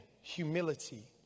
humility